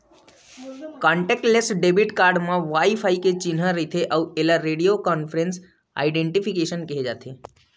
contactless debit card म wifi के चिन्हा रहिथे अउ एला रेडियो फ्रिवेंसी आइडेंटिफिकेसन केहे जाथे